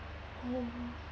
oh